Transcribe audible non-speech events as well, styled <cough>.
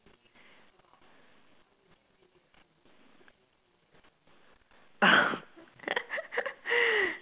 <laughs>